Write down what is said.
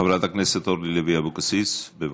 חברת הכנסת אורלי לוי אבקסיס, בבקשה.